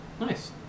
Nice